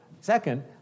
second